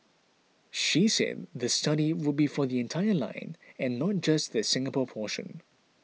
she said the study would be for the entire line and not just the Singapore portion